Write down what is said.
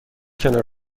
کنار